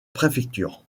préfecture